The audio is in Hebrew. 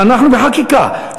אנחנו בחקיקה,